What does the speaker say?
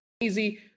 easy